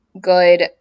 good